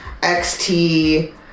XT